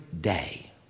day